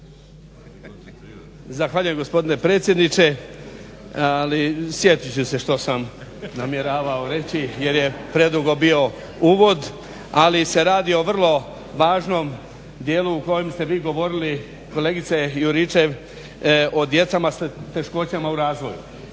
Zahvaljujem gospodine predsjedniče. Sjetit ću se što sam namjeravao reći jer je predugo bio uvod, ali se radi o vrlo važnom dijelu u kojem ste vi govorili kolegice Juričev o djeci s teškoćama u razvoju.